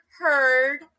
Heard